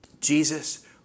Jesus